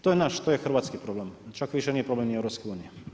To je naš, to je hrvatski problem, čak više nije problem ni EU.